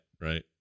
right